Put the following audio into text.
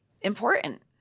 important